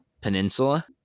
Peninsula